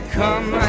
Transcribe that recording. come